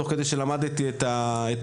תוך כדי שלמדתי את הנושא,